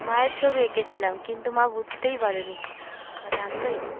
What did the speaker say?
মায়ের ছবি এঁকেছিলাম কিন্তু মা বুঝতেই পারেনি মা জানতই না